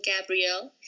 Gabrielle